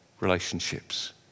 relationships